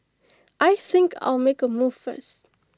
I think I'll make A move first